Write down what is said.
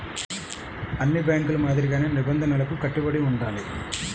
అన్ని బ్యేంకుల మాదిరిగానే నిబంధనలకు కట్టుబడి ఉండాలి